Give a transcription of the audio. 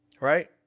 Right